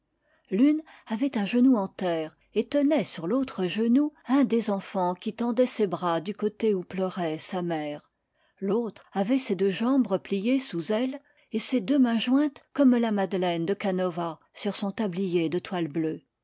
l'une avait un genou en terre et tenait sur l'autre genou un des enfans qui tendait ses bras du côté où pleurait sa mère l'autre avait ses deux jambes repliées sous elle et ses deux mains jointes comme la madelaine de canova sur son tablier de toile bleue